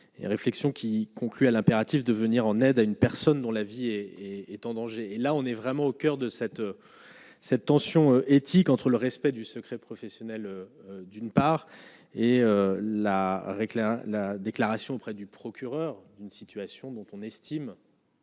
et réflexions qui conclut à l'impératif de venir en aide à une personne dont la vie est est en danger, et là on est vraiment au coeur de cette cette tension éthique entre le respect du secret professionnel, d'une part et la réclame la déclaration auprès du procureur d'une situation dont on estime.